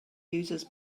users